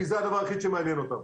כי זה הדבר היחיד שמעניין אותם.